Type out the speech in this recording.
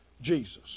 Jesus